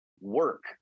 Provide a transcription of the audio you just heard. work